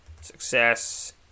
Success